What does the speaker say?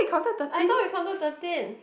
I thought you counted thirteen